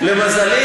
למזלי,